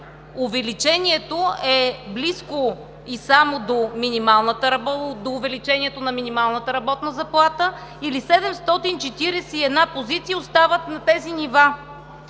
увеличението е близко само до минималната работна заплата или 741 позиции остават на тези нива.